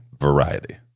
variety